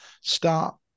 start